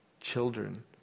children